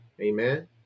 Amen